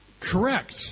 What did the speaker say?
correct